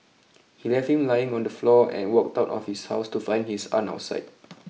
he left him lying on the floor and walked out of his house to find his aunt outside